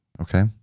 Okay